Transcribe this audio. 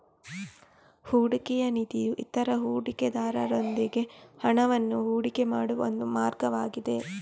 ಹೂಡಿಕೆಯ ನಿಧಿಯು ಇತರ ಹೂಡಿಕೆದಾರರೊಂದಿಗೆ ಹಣವನ್ನ ಹೂಡಿಕೆ ಮಾಡುವ ಒಂದು ಮಾರ್ಗವಾಗಿದೆ